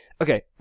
Okay